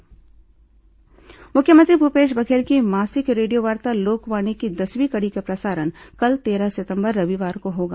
लोकवाणी मुख्यमंत्री भूपेश बघेल की मासिक रेडियोवार्ता लोकवाणी की दसवीं कड़ी का प्रसारण कल तेरह सितंबर रविवार को होगा